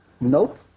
nope